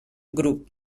grup